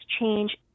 change